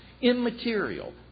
immaterial